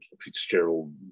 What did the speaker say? Fitzgerald